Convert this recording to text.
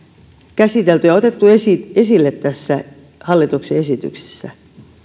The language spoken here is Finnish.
käsitelty ja otettu esille esille tässä hallituksen esityksessä